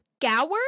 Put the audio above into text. Gower